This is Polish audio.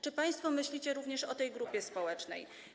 Czy państwo myślicie również o tej grupie społecznej?